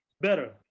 better